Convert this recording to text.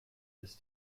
des